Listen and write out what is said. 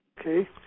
Okay